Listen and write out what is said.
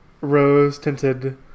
rose-tinted